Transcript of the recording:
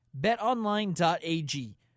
betonline.ag